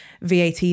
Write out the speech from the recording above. VAT